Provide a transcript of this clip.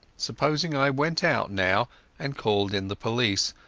supposing i went out now and called in the police,